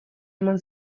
eman